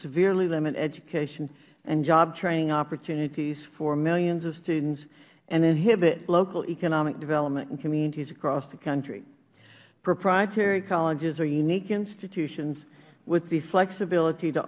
severely limit education and job training opportunities for millions of students and inhibit local economic development in communities across the country proprietary colleges are unique institutions with the flexibility to